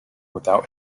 without